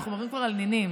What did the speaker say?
ואנחנו מדברים כבר על נינים.